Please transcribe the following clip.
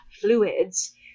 fluids